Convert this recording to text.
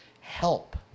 help